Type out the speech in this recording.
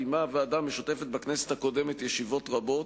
קיימה הוועדה המשותפת בכנסת הקודמת ישיבות רבות,